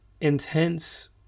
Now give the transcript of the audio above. intense